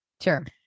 Sure